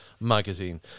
magazine